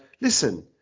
listen